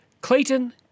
Clayton